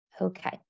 Okay